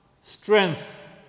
strength